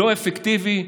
לא אפקטיבי.